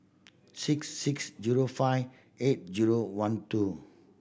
six six zero five eight zero one two